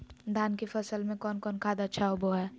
धान की फ़सल में कौन कौन खाद अच्छा होबो हाय?